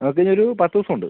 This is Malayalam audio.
അതിന് ഒരു പത്ത് ദിവസം ഉണ്ട്